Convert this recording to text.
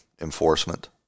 enforcement